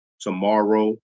tomorrow